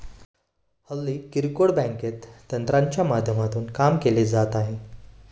हल्ली किरकोळ बँकेत तंत्रज्ञानाच्या माध्यमातून काम केले जात आहे